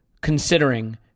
considering